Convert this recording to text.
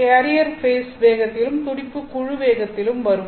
carrier phase வேகத்திலும் துடிப்பு குழு வேகத்திலும் வரும்